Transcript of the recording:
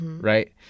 right